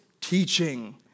teaching